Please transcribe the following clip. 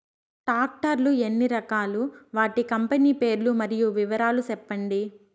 Tractor లు ఎన్ని రకాలు? వాటి కంపెని పేర్లు మరియు వివరాలు సెప్పండి?